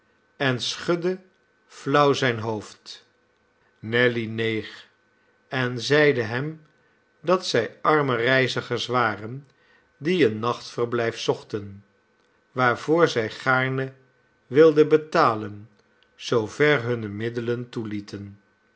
en schudde flauw zijn hoofd nelly neeg en zeide hem dat zij arme reizigers waren die een nachtverblijf zochten waarvoor zij gaarne wilden betalen zoover hunne middelen toelieten